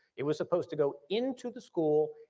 it was supposed to go into the school,